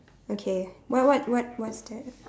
okay what what what what's that